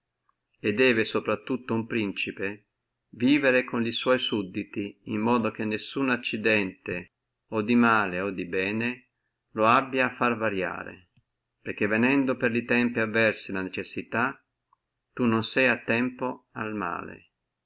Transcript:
debbe sopra tutto uno principe vivere con li suoi sudditi in modo che veruno accidente o di male o di bene lo abbi a far variare perché venendo per li tempi avversi le necessità tu non se a tempo al male